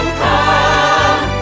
come